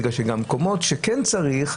כי במקומות שכן צריך,